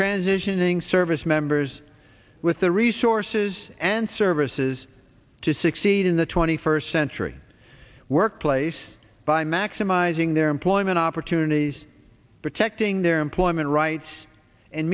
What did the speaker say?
transitioning service members with the resources and services to succeed in the twenty first century workplace by maximizing their employment opportunities protecting their employment rights and